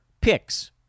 picks